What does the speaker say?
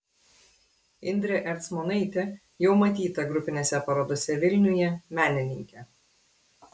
indrė ercmonaitė jau matyta grupinėse parodose vilniuje menininkė